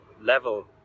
level